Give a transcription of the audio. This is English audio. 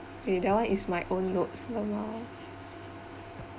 is my own notes !walao!